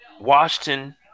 Washington